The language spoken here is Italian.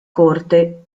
corte